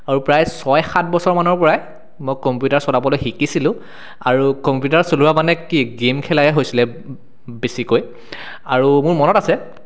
আৰু প্ৰায় ছয় সাত বছৰ মানৰ পৰাই মই কম্পিউটাৰ চলাবলৈ শিকিছিলোঁ আৰু কম্পিউটাৰ চলোৱা মানে কি গেম খেলাই হৈছিলে বেছিকৈ আৰু মোৰ মনত আছে